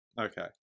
Okay